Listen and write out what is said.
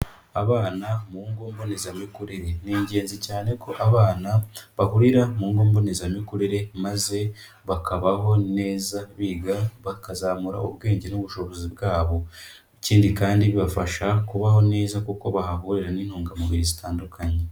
Abana mu ngo mbonezamikurire. Ni ingenzi cyane ko abana bahurira mu ngo mbonezamikurire maze bakabaho neza, biga bakazamura ubwenge n'ubushobozi bwabo. Ikindi kandi bibafasha kubaho neza kuko bahahurira n'intungamubiri zitandukanye.